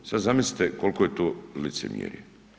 Sad zamislite koliko je to licemjerje.